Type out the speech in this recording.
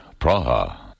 Praha